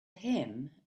him